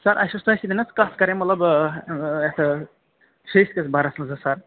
سَر اَسہِ ٲس تۄہہِ سۭتۍ حظ کَتھ کَرٕنۍ مطلب فیٖس کِس بارَس منٛز حظ سَر